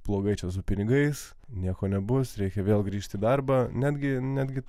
blogai su pinigais nieko nebus reikia vėl grįžti darbą netgi netgi